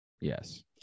Yes